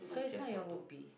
so it's not your hobby